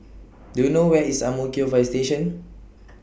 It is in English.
Do YOU know Where IS Ang Mo Kio Fire Station